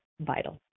vital